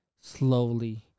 slowly